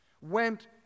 went